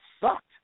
sucked